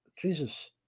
jesus